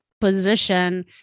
position